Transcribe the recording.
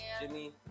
Jimmy